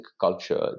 culture